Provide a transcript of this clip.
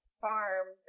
farms